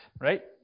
right